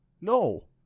No